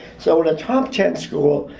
so at a top ten school,